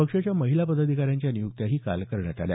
पक्षाच्या महिला पदाधिकाऱ्यांच्या नियुक्त्याही काल करण्यात आल्या